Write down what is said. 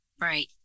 Right